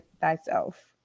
thyself